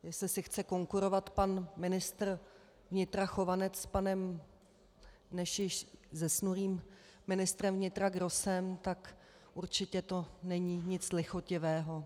Jestli si chce konkurovat pan ministr vnitra Chovanec s panem dnes již zesnulým ministrem vnitra Grossem, tak určitě to není nic lichotivého.